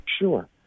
Sure